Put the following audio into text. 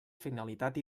finalitat